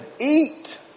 eat